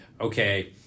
okay